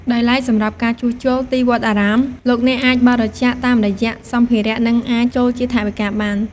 ដោយឡែក សម្រាប់ការជួសជុលទីវត្តអារាម លោកអ្នកអាចបរិច្ចាគបានតាមរយៈសម្ភារៈ និងអាចចូលជាថវិកាបាន។